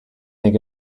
think